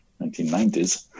1990s